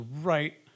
right